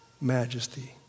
majesty